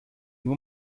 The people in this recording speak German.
nur